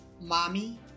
Mommy